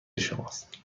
شماست